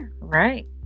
Right